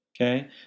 okay